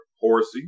Horsey